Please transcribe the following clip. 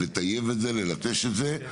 לטייב וללטש את זה,